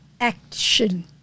action